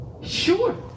sure